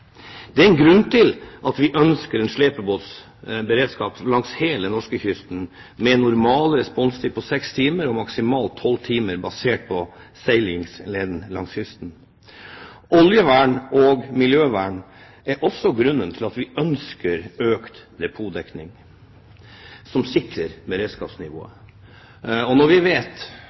Det er en grunn til at vi ønsker en slepebåtberedskap langs hele norskekysten med normal responstid på seks timer og maksimalt tolv timer, basert på seilingsleden langs kysten. Oljevern og miljøvern er også grunnen til at vi ønsker økt depotdekning som sikrer beredskapsnivået. Når vi vet